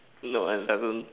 no it doesn't